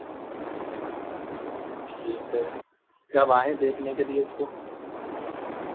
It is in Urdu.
ٹھیک ہے کب آئیں دیکھنے کے لیے اس کو